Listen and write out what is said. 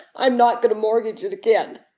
i'm not going to mortgage it again.